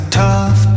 tough